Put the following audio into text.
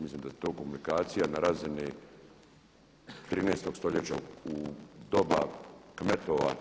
Mislim da je to komunikacija na razini 13. stoljeća u doba kmetova.